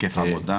היקף עבודה,